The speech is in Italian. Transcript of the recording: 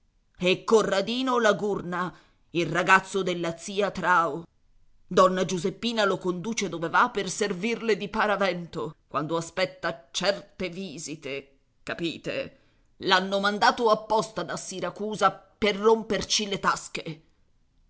e corradino la gurna il ragazzo della zia trao donna giuseppina lo conduce dove va per servirle di paravento quando aspetta certe visite capite l'hanno mandato apposta da siracusa per romperci le tasche